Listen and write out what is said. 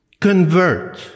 convert